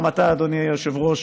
גם אתה, אדוני היושב-ראש,